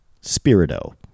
spirito